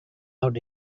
out